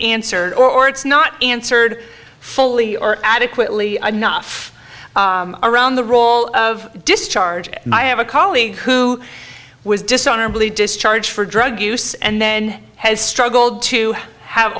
answer or it's not answered fully or adequately enough around the role of discharge i have a colleague who was dishonorably discharged for drug use and then has struggled to have